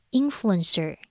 influencer